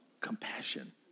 compassion